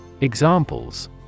Examples